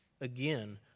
again